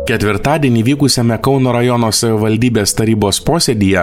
ketvirtadienį vykusiame kauno rajono savivaldybės tarybos posėdyje